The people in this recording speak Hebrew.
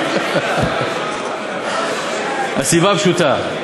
הסיבה פשוטה: